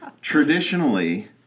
Traditionally